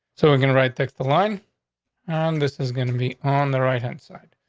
so we're gonna write text the line on this is gonna be on the right hand side.